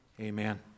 amen